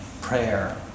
prayer